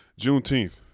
Juneteenth